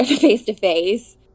face-to-face